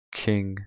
king